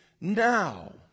now